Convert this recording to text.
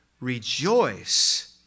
rejoice